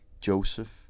Joseph